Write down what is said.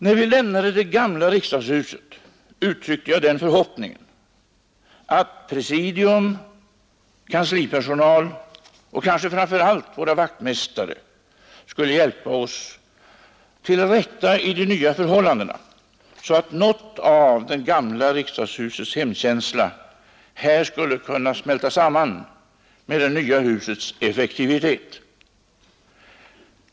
När vi lämnade det gamla riksdagshuset, uttryckte jag den förhoppningen att presidium, kanslipersonal och kanske framför allt våra vaktmästare skulle hjälpa oss till rätta i de nya förhållandena, så att något av det gamla riksdagshusets hemkänsla här skulle kunna smälta samman med det nya husets effektivitet.